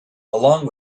along